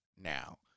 now